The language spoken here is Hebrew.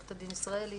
עורכת הדין ישראלי,